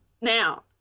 Now